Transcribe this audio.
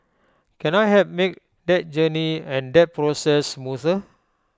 can I help make that journey and that process smoother